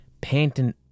painting